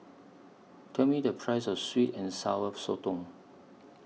Tell Me The Price of Sweet and Sour Sotong